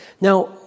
Now